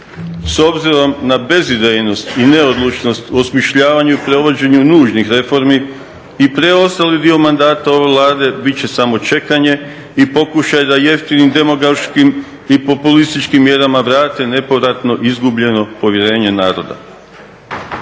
S obzirom na bezidejnost i neodlučnost u osmišljavanju i prevođenju nužnih reformi i preostali dio mandata ove Vlade bit će samo čekanje i pokušaj da jeftinim … i populističkim mjerama vrate nepovratno izgubljeno povjerenje naroda.